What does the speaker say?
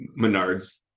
Menards